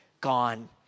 gone